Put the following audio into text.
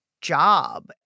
job